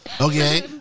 Okay